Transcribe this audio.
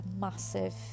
massive